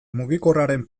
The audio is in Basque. mugikorraren